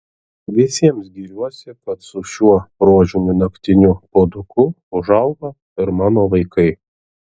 visiems giriuosi kad su šiuo rožiniu naktiniu puoduku užaugo ir mano vaikai